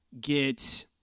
get